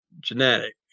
genetic